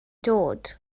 dod